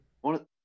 one